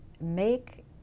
make